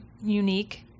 unique